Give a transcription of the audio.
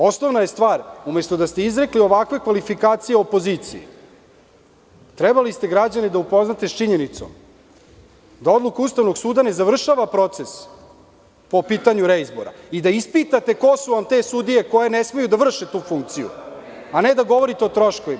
Osnovna je stvar, umesto da ste izrekli ovakve kvalifikacije opoziciji, trebali ste građane da upoznate sa činjenicom da odluka Ustavnog suda ne završava proces po pitanju reizbora i da ispitate ko su vam te sudije koje ne smeju da vrše tu funkciju, a ne da govorite o troškovima.